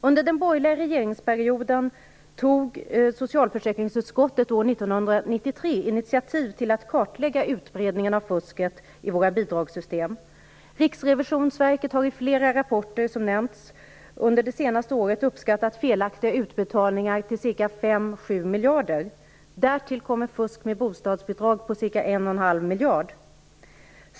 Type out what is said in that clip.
Under den borgerliga regeringsperioden tog socialförsäkringsutskottet år 1993 ett initiativ till att utbredningen av fusket i våra bidragssystem skulle kartläggas. Riksrevisionsverket har i flera rapporter, som nämnts, under det senaste året uppskattat felaktiga utbetalningar till ca 5-7 miljarder. Därtill kommer fusk med bostadsbidragen för ca 1,5 miljarder.